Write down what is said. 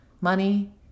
money